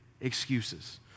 excuses